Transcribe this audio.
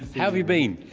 have you been?